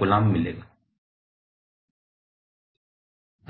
coulomb मिलेगा